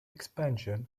expansion